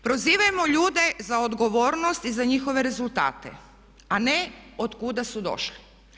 Prozivajmo ljude za odgovornost i za njihove rezultate a ne od kuda su došli.